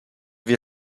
wir